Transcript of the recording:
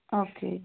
okay